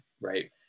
right